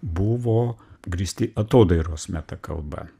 buvo grįsti atodairos metakalba